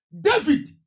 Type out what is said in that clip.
David